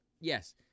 Yes